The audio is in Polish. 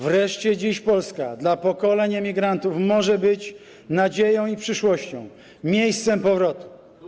Wreszcie dziś Polska dla pokoleń emigrantów może być nadzieją i przyszłością, miejscem powrotu.